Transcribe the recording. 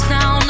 Now